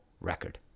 record